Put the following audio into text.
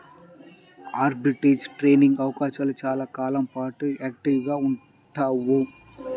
arbitrage trading అవకాశాలు చాలా కాలం పాటు యాక్టివ్గా ఉండవు